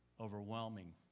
overwhelming